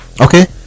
okay